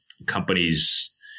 Companies